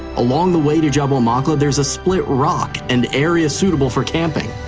along the way to jabal maqla, there's a split rock and area suitable for camping.